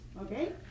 Okay